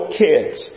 kids